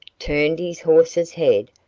turned his horse's head,